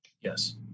Yes